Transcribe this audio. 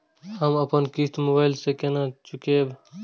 हम अपन किस्त मोबाइल से केना चूकेब?